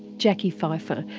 jacqui fifer,